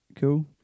cool